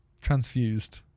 transfused